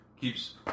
keeps